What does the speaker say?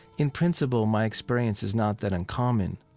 in principle, my experience is not that uncommon,